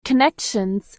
connections